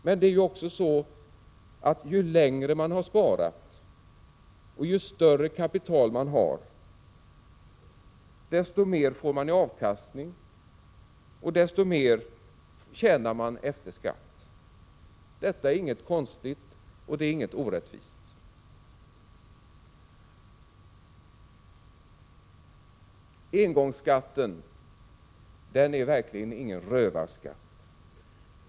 Men ett faktum är också att ju längre tid man har sparat och ju större kapital man har, desto mer får man i avkastning och desto mer tjänar man efter skatt. Detta är inget konstigt, och det är inget orättvist. Engångsskatten är verkligen ingen rövarskatt.